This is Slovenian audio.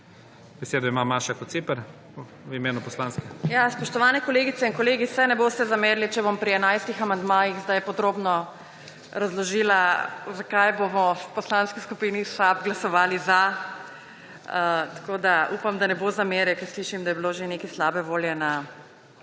Besedo ima Maša Kociper v imenu poslanske skupine. **MAŠA KOCIPER (PS SAB):** Spoštovane kolegice in kolegi, saj ne boste zamerili, če bom pri 11 amandmajih zdaj podrobno razložila, zakaj bomo v Poslanski skupini SAB glasovali za. Tako da upam, da ne bo zamere, ker slišim, da je bilo že nekaj slabe volje na